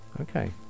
Okay